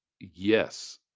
Yes